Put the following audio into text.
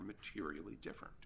materially different